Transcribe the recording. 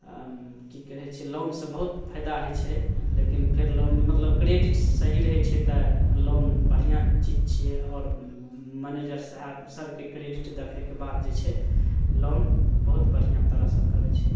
कि कहै छै लोनसे बहुत फायदा होइ छै लेकिन फेर लोन मतलब क्रेडिट सही रहै छै तऽ लोन बढ़िआँ चीज छिए आओर मैनेजर साहेब सभके क्रेडिट देखैके बाद जे छै लोन बहुत बढ़िआँ तरहसे करै छै